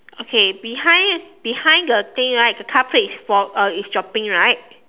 okay behind behind the thing right the car plate is fall uh is dropping right